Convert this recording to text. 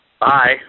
Bye